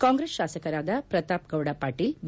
ಕಾಂಗ್ರೆಸ್ ಶಾಸಕರಾದ ಪ್ರತಾಪ್ಗೌಡ ಪಾಟೀಲ್ ಬಿ